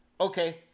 okay